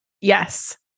Yes